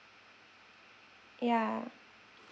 yeah